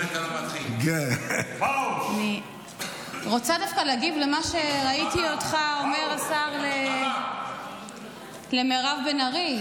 אני רוצה דווקא להגיב למה שראיתי אותך אומר למירב בן ארי,